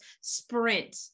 sprint